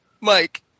Mike